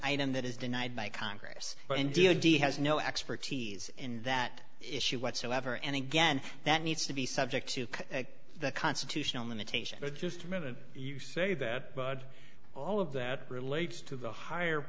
item that is denied by congress but india d has no expertise in that issue whatsoever and again that needs to be subject to the constitutional limitations but just a minute you say that all of that relates to the higher